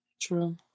True